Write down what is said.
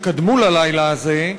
שקדמו ללילה הזה,